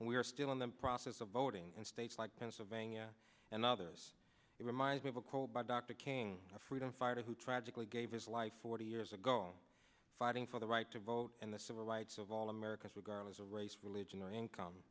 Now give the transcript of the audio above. are still in the process of voting in states like pennsylvania and others it reminds me of a cold by dr king a freedom fighter who tragically gave his life forty years ago fighting for the right to vote and the civil rights of all americans regardless of race religion or income